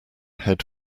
head